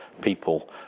people